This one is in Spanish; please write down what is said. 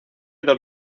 dos